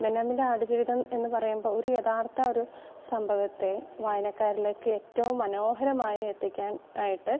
ബെന്യാമിൻ്റെ ആടുജീവിതം എന്നു പറയുമ്പോൾ ഒരു യഥാർത്ഥ ഒരു സംഭവത്തെ വായനക്കാരിലേക്ക് ഏറ്റവും മനോഹരമായി എത്തിക്കാൻ ആയിട്ട്